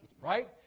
Right